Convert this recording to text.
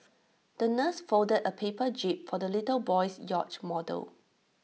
the nurse folded A paper jib for the little boy's yacht model